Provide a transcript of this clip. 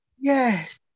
Yes